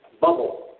bubble